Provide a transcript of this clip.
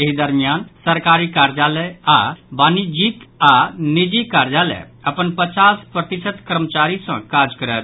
एहि दरमियान सरकारी कार्यालय आ वाणिज्यिक आओर निजी कार्यालय अपन पचास प्रतिशत कर्मचारी सभ सँ काज करत